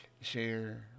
share